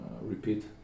repeat